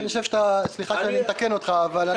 עם כל